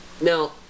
Now